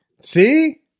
See